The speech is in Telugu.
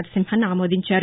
నరసింహన్ ఆమోదించారు